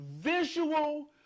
visual